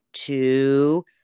two